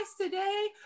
today